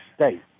state